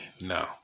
No